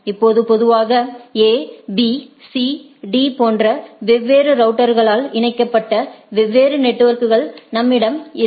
இப்போது பொதுவாக A B C D போன்ற வெவ்வேறு ரவுட்டர்களால் இணைக்கப்பட்ட வெவ்வேறு நெட்வொர்க் நம்மிடம் இருக்கும்